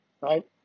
right